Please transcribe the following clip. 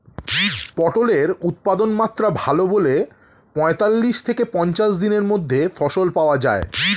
পটলের উৎপাদনমাত্রা ভালো বলে পঁয়তাল্লিশ থেকে পঞ্চাশ দিনের মধ্যে ফসল পাওয়া যায়